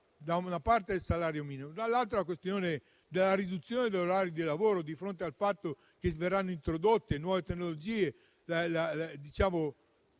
problema del salario minimo, e, dall'altra, la questione della riduzione dell'orario di lavoro. A fronte del fatto che verranno introdotte nuove tecnologie e di